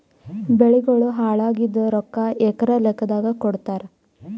ಬೆಳಿಗೋಳ ಹಾಳಾಗಿದ ರೊಕ್ಕಾ ಎಕರ ಲೆಕ್ಕಾದಾಗ ಕೊಡುತ್ತಾರ?